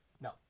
No